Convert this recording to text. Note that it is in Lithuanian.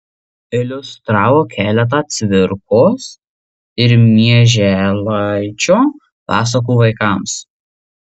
iliustravo keletą cvirkos ir mieželaičio pasakų vaikams